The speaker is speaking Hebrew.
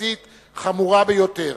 פיזית חמורה ביותר.